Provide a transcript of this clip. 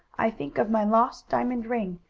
i think of my lost diamond ring,